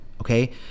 Okay